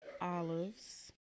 olives